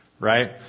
right